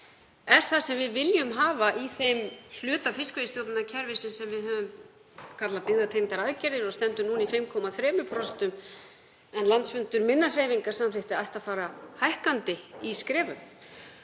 er sem við viljum hafa í þeim hluta fiskveiðistjórnarkerfisins sem við höfum kallað byggðatengdar aðgerðir og stendur núna í 5,3% en landsfundur minnar hreyfingar samþykkti að ætti að fara hækkandi í skrefum.